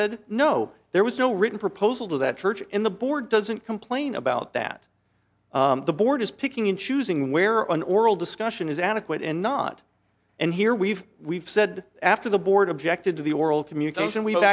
said no there was no written proposal to that church in the board doesn't complain about that the board is picking and choosing where an oral discussion is adequate and not and here we've we've said after the board objected to the oral communication we